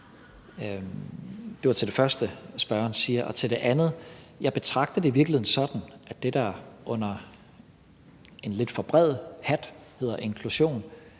Det var til det første, spørgeren siger. Og det andet betragter jeg i virkeligheden sådan, at det, der under en lidt for bred hat hedder inklusion,